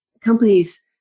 companies